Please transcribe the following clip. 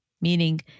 meaning